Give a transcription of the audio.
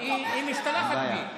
ברא, ברא.